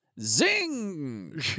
Zing